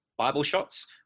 BibleShots